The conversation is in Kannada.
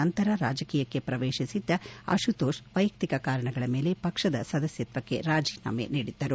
ನಂತರ ರಾಜಕೀಯಕ್ಷೆ ಪ್ರವೇಶಿಸಿದ್ದ ಅಶುತೋಷ್ ವೈಯಕ್ತಿಕ ಕಾರಣಗಳ ಮೇಲೆ ಪಕ್ಷದ ಸದಸ್ಯತ್ವಕ್ಕೆ ರಾಜೀನಾಮೆ ನೀಡಿದ್ದರು